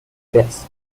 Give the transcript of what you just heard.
best